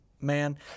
man